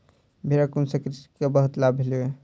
भेड़क ऊन सॅ कृषक के बहुत लाभ भेलै